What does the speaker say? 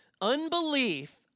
Unbelief